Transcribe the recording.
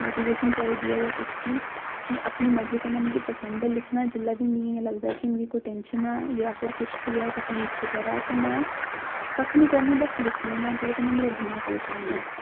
notification चाहिदी ऐ जां कुछ बी में अपनी मरजी कन्नै मिगी पसंद ऐ लिखना जेल्लै बी मिगी लगदा कि मिगी कोई टेंशन ऐ जां फिर कुछ बी ऐ तकलीफ बगैरा ते में कक्ख निं करनी आं बस लिखनी आं जेह्दे कन्नै मेरा दमाग कलकांदा ऐ